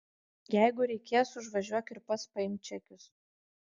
jeigu reikės užvažiuok ir pats paimk čekius